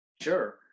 Sure